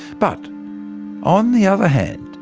but on the other hand,